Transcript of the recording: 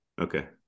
Okay